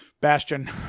Bastion